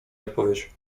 odpowiedź